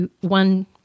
one